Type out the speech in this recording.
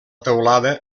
teulada